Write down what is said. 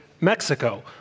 Mexico